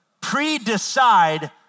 Pre-decide